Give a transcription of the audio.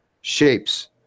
shapes